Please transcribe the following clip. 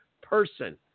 person